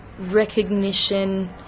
recognition